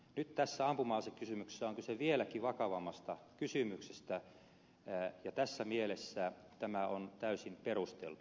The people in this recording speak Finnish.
nyt tässä ampuma asekysymyksessä on kyse vieläkin vakavammasta kysymyksestä ja tässä mielessä tämä on täysin perusteltu